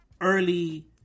early